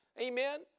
Amen